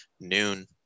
noon